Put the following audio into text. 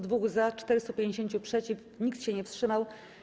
2 - za, 450 - przeciw, nikt się nie wstrzymał.